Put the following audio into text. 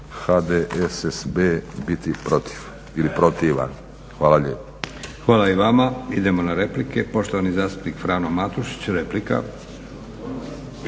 HDSSB biti protiv ili protivan. Hvala lijepo. **Leko, Josip (SDP)** Hvala i vama. Idemo na replike. Poštovani zastupnik Frano Matušić, replika.